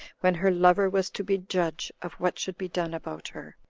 when her lover was to be judge of what should be done about her.